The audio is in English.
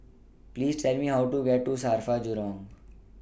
Please Tell Me How to get to SAFRA Jurong